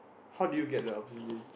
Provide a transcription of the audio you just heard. how did you get the opportunity